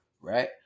right